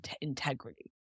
integrity